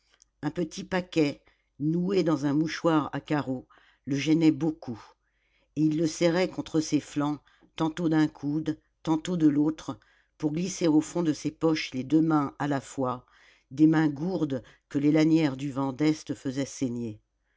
un petit paquet noué dans un mouchoir à carreaux le gênait beaucoup et il le serrait contre ses flancs tantôt d'un coude tantôt de l'autre pour glisser au fond de ses poches les deux mains à la fois des mains gourdes que les lanières du vent d'est faisaient saigner